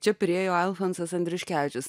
čia priėjo alfonsas andriuškevičius